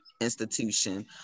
institution